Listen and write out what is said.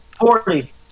forty